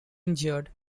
injured